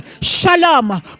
shalom